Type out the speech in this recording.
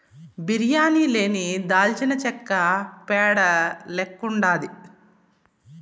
బిర్యానీ లేని దాల్చినచెక్క పేడ లెక్కుండాది